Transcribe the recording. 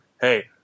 Hey